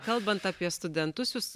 kalbant apie studentus jūs